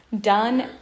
done